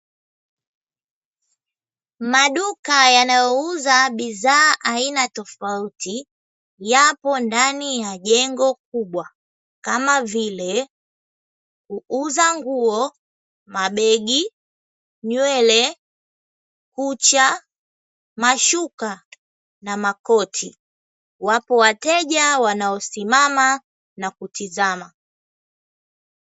Maduka yanayouza bidhaa aina tofauti yapo ndani ya jengo kubwa kamavile: kuuza nguo, mabegi, nywele, kucha, mashuka na makochi wapo wateja waliosimama na kutizama.